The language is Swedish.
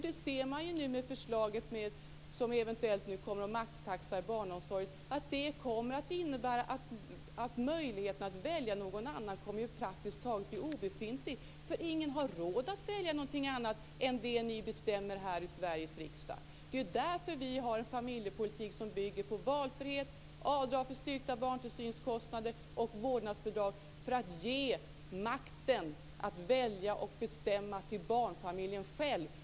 Det ser man med det förslag som nu eventuellt kommer om maxtaxa i barnomsorgen. Det kommer att innebära att möjligheten att välja någon annan form praktiskt taget kommer att bli obefintlig. Ingen har råd att välja någonting annat än det ni bestämmer här i Sveriges riksdag. Det är därför vi har en familjepolitik som bygger på valfrihet, avdrag för styrkta barntillsynskostnader och vårdnadsbidrag för att ge makten att välja och bestämma till barnfamiljen själv.